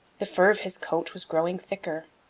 the fur of his coat was growing thicker.